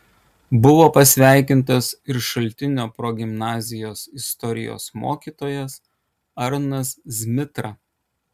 buvo pasveikintas ir šaltinio progimnazijos istorijos mokytojas arnas zmitra